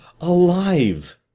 alive